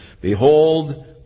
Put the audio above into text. Behold